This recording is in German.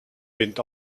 wind